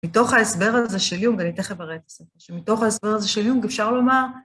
מתוך ההסבר הזה של יונג, ואני תכף אראה את הסרטון, שמתוך ההסבר הזה של יונג, אפשר לומר...